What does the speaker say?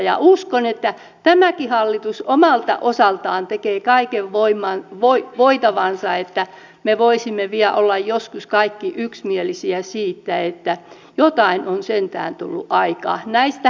ja uskon että tämäkin hallitus omalta osaltaan tekee kaiken voitavansa että me voisimme vielä olla joskus kaikki yksimielisiä siitä että jotain on sentään tullut aikaan